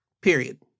period